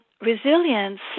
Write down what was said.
resilience